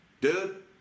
dude